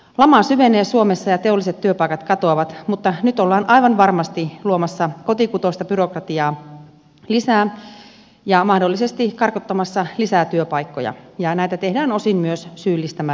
lama syvenee suomessa ja teolliset työpaikat katoavat mutta nyt ollaan aivan varmasti luomassa kotikutoista byrokratiaa lisää ja mahdollisesti karkottamassa lisää työpaikkoja ja näitä tehdään osin myös syyllistämällä